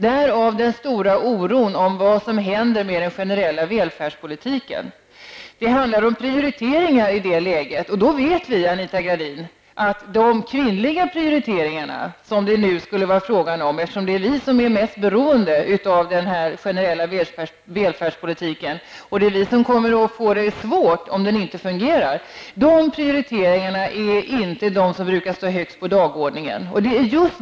Därav den stora oron om vad som händer med den generella välfärdspolitiken. Det handlar i det läget om prioriteringar. Vi kan nu tala om de kvinnliga prioriteringarna, eftersom kvinnorna är mest beroende av den generella välfärdspolitiken och kommer att få det svårt om den inte fungerar. De kvinnliga prioriteringarna brukar inte stå högst på dagordningen.